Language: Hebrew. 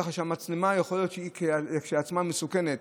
כך שיכול להיות שהמצלמה כשלעצמה מסוכנת,